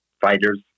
fighters